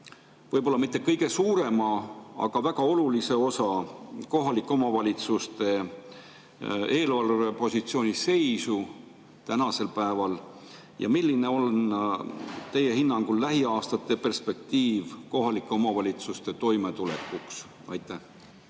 võib-olla mitte kõige suurema, aga väga olulise osa, kohalike omavalitsuste eelarvepositsiooni seisu tänasel päeval? Milline on teie hinnangul lähiaastate perspektiiv kohalike omavalitsuste toimetulekuks? Tänan,